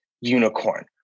unicorn